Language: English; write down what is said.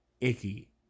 icky